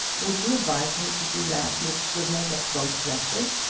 would you advise me to do that which would make us both wretched?